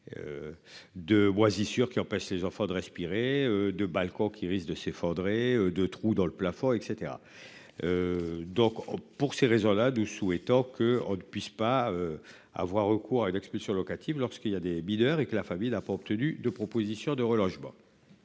De moisissures qui empêche les enfants de respirer de Balco qui risque de s'effondrer de trou dans le plafond et cetera. Donc pour ces raisons-là doux souhaitant que on ne puisse pas. Avoir recours à une expulsion locative lorsqu'il y a des mineurs et que la famille n'a pas obtenu de propositions de relogement.